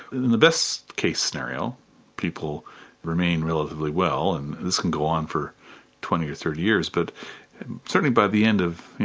in the best case scenario people remain relatively well, and this can go on for twenty or thirty years. but certainly by the end of, you